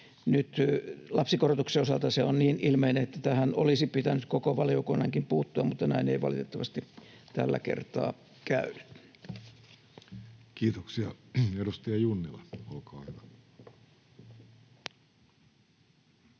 Nyt lapsikorotuksen osalta se on niin ilmeinen, että tähän olisi pitänyt koko valiokunnankin puuttua, mutta näin ei valitettavasti tällä kertaa käynyt. Kiitoksia. — Edustaja Junnila, olkaa hyvä.